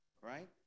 right